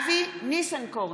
אבי ניסנקורן,